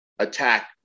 Attack